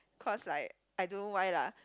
cause like I don't know why lah